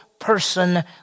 person